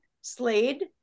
Slade